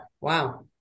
Wow